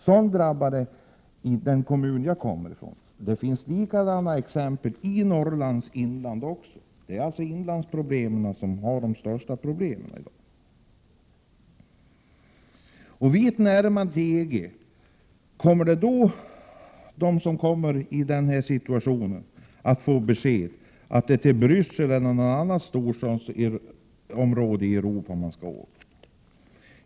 Så är det i den kommun som jag kommer ifrån, och det finns liknande exempel från Norrlands inland. Det är alltså inlandskommunerna som har de största problemen i dag. Kommer dessa arbetssökande ungdomar, vid närmande till EG, att få beskedet att det är till Bryssel eller någon annan storstad i Europa de skall åka till?